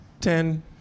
ten